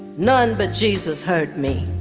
none but jesus heard me.